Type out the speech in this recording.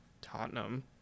Tottenham